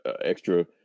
extra